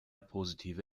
positive